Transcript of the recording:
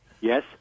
Yes